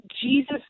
Jesus